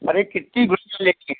अरे कितनी घुइयाँ लेनी है